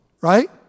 right